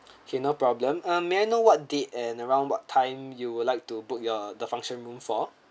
okay no problem um may I know what date and around what time you would like to book your the function room for